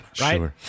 Right